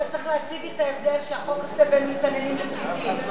שאתה צריך להציג את ההבדל שהחוק עושה בין מסתננים לפליטים.